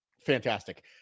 fantastic